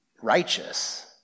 righteous